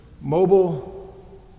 Mobile